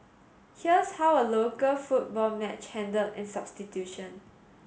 here's how a local football match handle in substitution